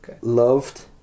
Loved